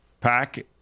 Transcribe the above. pack